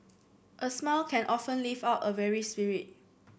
a smile can often lift up a weary spirit